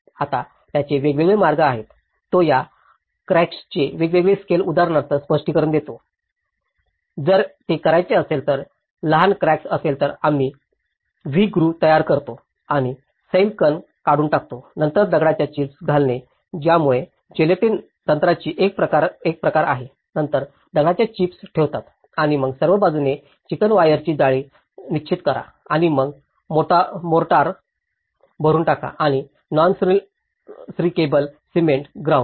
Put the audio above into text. आता याचे वेगवेगळे मार्ग आहेत तो या क्रॅक्सचे वेगवेगळे स्केल उदाहरणार्थ स्पष्टीकरण देतो जर ते करायचे असेल तर ती लहान क्रॅक असेल तर आम्ही V ग्रूव्ह तयार करतो आणि सैल कण काढून टाकतो नंतर दगडांच्या चिप्स घालणे त्यामुळे जिलेटिन तंत्राची एक प्रकार आहे आपण दगडांच्या चिप्स ठेवता आणि मग सर्व बाजूने चिकन वायरची जाळी निश्चित करा आणि मग मोर्टार भरून टाका आणि नॉन श्रींकेबल सिमेंट ग्रॉउट